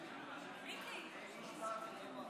בית המשפט זה לא באחריות שלי.